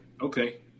okay